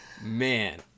man